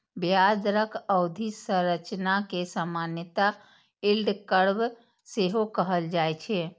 ब्याज दरक अवधि संरचना कें सामान्यतः यील्ड कर्व सेहो कहल जाए छै